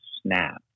snapped